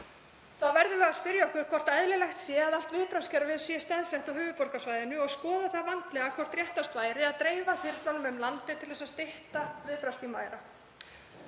Þá verðum við að spyrja okkur hvort eðlilegt sé að allt viðbragðskerfið sé staðsett á höfuðborgarsvæðinu og skoða það vandlega hvort réttast væri að dreifa þyrlunum um landið til að stytta viðbragðstíma